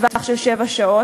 בטווח של שבע שעות.